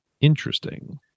Interesting